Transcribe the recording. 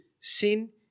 sin